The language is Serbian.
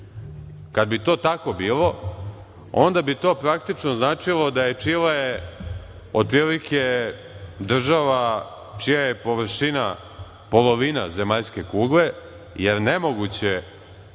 Kada bi to tako bilo onda bi to praktično značilo da je Čile otprilike država čija je površina polovina zemaljske kugle, jer nemoguće da